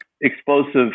explosive